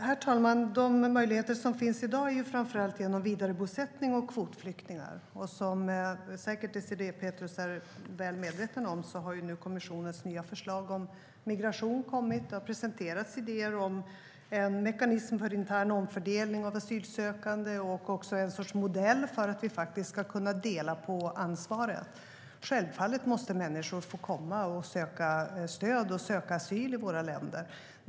Herr talman! De möjligheter som finns i dag är framför allt genom vidarebosättning och kvotflyktingar. Désirée Pethrus är säkert väl medveten om att kommissionens nya förslag om migration har kommit och att det har presenterats idéer om en mekanism för intern omfördelning av asylsökande och en modell för att vi faktiskt ska kunna dela på ansvaret. Självfallet måste människor få söka stöd och asyl i våra länder.